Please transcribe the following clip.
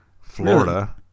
Florida